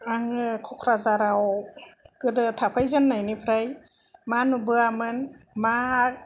आङो क'क्राझाराव गोदो थाफै जेननायनिफ्राय मा नुबोआमोन मा